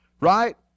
right